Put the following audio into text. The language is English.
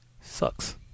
sucks